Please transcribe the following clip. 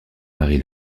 marie